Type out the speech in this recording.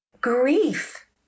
Grief